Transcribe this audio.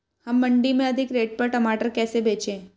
हम मंडी में अधिक रेट पर टमाटर कैसे बेचें?